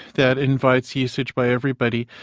that invites usage by everybody,